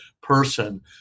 person